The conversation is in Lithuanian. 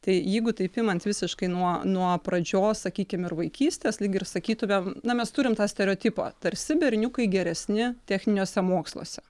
tai jeigu taip imant visiškai nuo nuo pradžios sakykim ir vaikystės lyg ir sakytumėm na mes turim tą stereotipą tarsi berniukai geresni techniniuose moksluose